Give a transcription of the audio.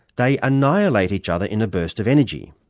they annihilate each other in a burst of energy.